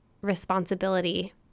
responsibility